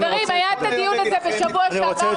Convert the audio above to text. חברים, הדיון הזה היה בשבוע שעבר.